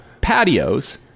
patios